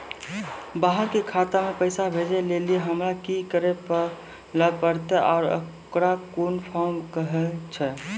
बाहर के खाता मे पैसा भेजै के लेल हमरा की करै ला परतै आ ओकरा कुन फॉर्म कहैय छै?